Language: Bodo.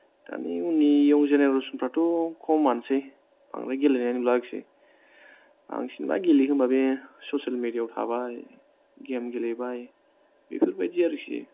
दानि उननियाव जेनेरेसनफ्राथ' खमानोसै बांद्राय गेलेनाय नुला आरोखि बांसिन बा गेलेया होनबा बे ससियेल मिडियाव थाबाय गेम गेलेबाय बेफोरबायदि आरोखि